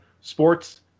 Sports